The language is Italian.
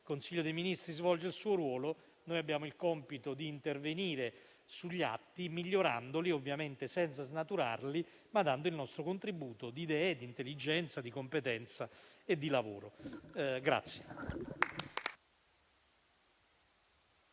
Il Consiglio dei Ministri svolge il suo ruolo, noi abbiamo il compito di intervenire sugli atti, migliorandoli ovviamente senza snaturarli, ma dando il nostro contributo di idee, di intelligenza, di competenza e di lavoro.